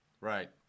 Right